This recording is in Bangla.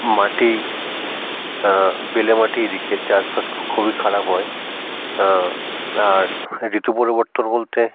মাটি বেলে মাটি এদিকে চাষবাস খুবই খারাপ হয় আর ঋতু পরিবর্তন বলতে